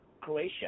Croatia